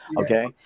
Okay